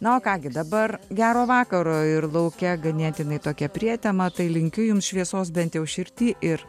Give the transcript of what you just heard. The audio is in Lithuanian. na o ką gi dabar gero vakaro ir lauke ganėtinai tokia prietema tai linkiu jums šviesos bent jau širdy ir